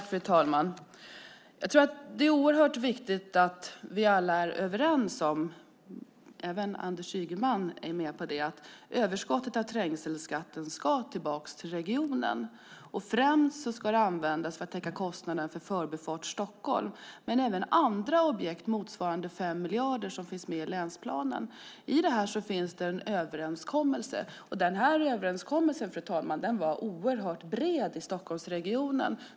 Fru talman! Det är oerhört viktigt att vi alla är överens om att överskottet av trängselskatten ska tillbaka till regionen. Det är viktigt att även Anders Ygeman är med på detta. Främst ska det användas för att täcka kostnaderna för Förbifart Stockholm men även kostnaderna för andra objekt motsvarande 5 miljarder som finns med i länsplanen. Det finns en överenskommelse om detta, och denna överenskommelse var oerhört bred i Stockholmsregionen.